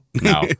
No